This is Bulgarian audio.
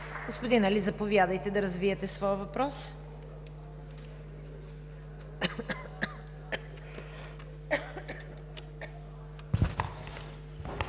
Господин Али, заповядайте да развиете своя въпрос.